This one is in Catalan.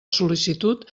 sol·licitud